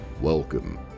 Welcome